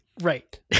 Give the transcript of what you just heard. Right